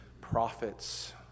prophets